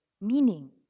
Meaning